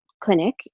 clinic